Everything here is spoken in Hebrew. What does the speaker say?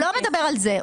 הוא לא מדבר על זה.